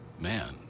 Man